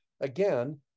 Again